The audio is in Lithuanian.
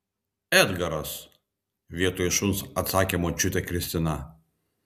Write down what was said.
edgaras vietoj šuns atsakė močiutė kristina